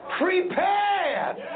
prepared